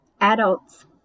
adults